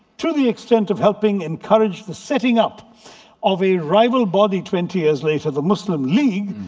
to the extent of helping encourage the setting up of a rival body twenty years later, the muslim league.